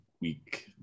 week